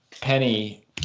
Penny